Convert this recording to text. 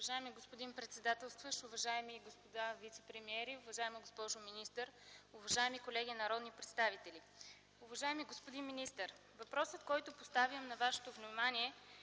Уважаеми господин председател, уважаеми господа вицепремиери, уважаема госпожо министър, уважаеми колеги народни представители! Уважаеми господин министър, въпросът, който поставям на Вашето внимание,